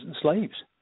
slaves